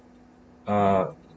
uh